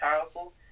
powerful